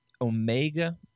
Omega